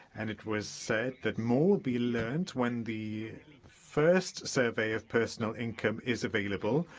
and it was said that more will be learnt when the first survey of personal income is available,